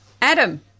Adam